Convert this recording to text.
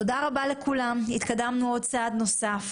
תודה רבה לכולם, התקדמנו צעד נוסף.